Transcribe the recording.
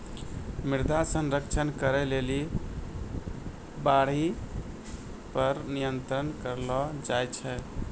मृदा संरक्षण करै लेली बाढ़ि पर नियंत्रण करलो जाय छै